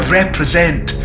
represent